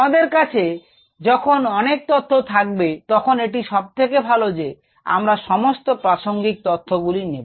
আমাদের কাছে যখন অনেক তথ্য থাকবে তখন এটি সবথেকে ভালো যে আমরা সমস্ত প্রাসঙ্গিক তথ্য গুলি নেব